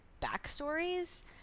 backstories